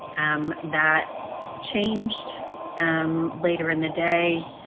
um that changed um later in the day.